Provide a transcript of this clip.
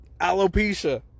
alopecia